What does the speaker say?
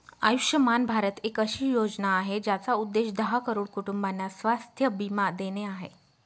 आयुष्यमान भारत एक अशी योजना आहे, ज्याचा उद्देश दहा करोड कुटुंबांना स्वास्थ्य बीमा देणे आहे